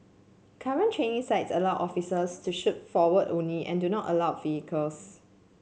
current training sites allow officers to shoot forward only and do not allow vehicles